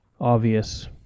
obvious